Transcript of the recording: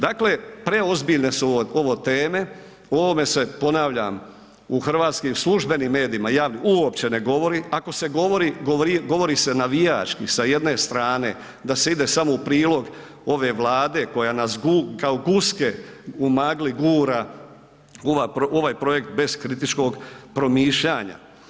Dakle, preozbiljne su ovo teme o ovome se ponavljam u hrvatskim službenim medijima uopće ne govori, ako se govori govori se navijački sa jedne strane, da se ide samo u prilog ove Vlade koja nas kao guske u magli gura u ovaj projekt bez kritičkog promišljanja.